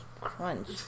crunch